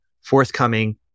forthcoming